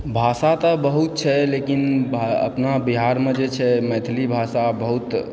भाषा तऽ बहुत छै लेकिन अपना बिहारमे जे छै मैथिली भाषा बहुत पसन्द